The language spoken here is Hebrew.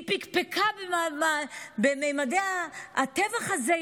היא פקפקה בממדי הטבח הזה,